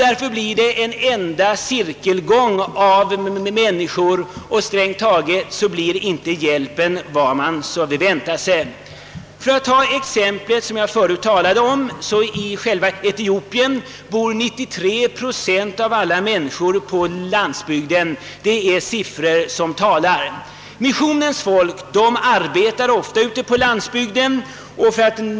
Därför blir det en enda cirkelgång, och strängt taget blir inte hjälpen vad man väntat sig. I själva Etiopien bor 93 procent av alla människor på landsbygden. Det är en talande siffra. Missionens folk arbetar ofta ute på landsbygden.